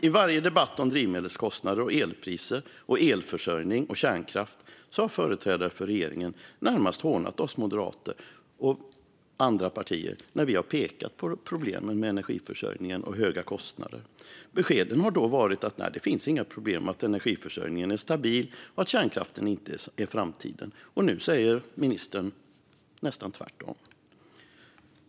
I varje debatt om drivmedelskostnader, elpriser, elförsörjning och kärnkraft har företrädare för regeringen närmast hånat oss moderater och företrädare för andra partier när vi pekat på problemen med energiförsörjningen och höga kostnader. Beskeden har då varit att det inte finns några problem, att energiförsörjningen är stabil och att kärnkraften inte är framtiden. Nu säger ministern nästan tvärtom.